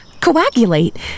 coagulate